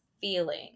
feeling